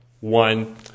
one